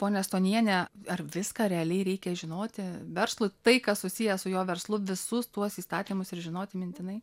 ponia stoniene ar viską realiai reikia žinoti verslui tai kas susiję su juo verslu visus tuos įstatymus ir žinoti mintinai